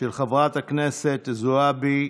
של חברות הכנסת זועבי,